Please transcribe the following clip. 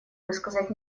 высказать